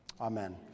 Amen